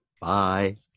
bye